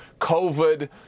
COVID